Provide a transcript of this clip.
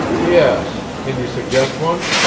yes. can you suggest one?